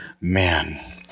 man